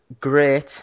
great